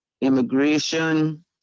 immigration